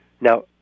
Now